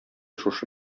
шушы